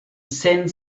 send